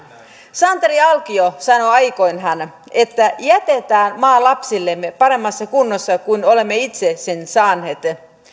santeri alkio sanoi aikoinaan että jätetään maa lapsillemme paremmassa kunnossa kuin missä olemme itse sen saaneet